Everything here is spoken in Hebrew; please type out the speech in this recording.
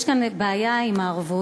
יש כאן בעיה עם הערבות,